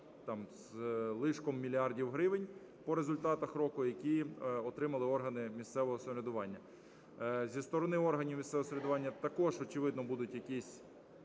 з лишком мільярда гривень по результатах року, які отримали органи місцевого самоврядування. Зі сторони органів місцевого самоврядування також очевидно будуть якісь